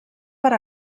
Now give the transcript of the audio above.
per